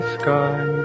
sky